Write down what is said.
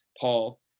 Paul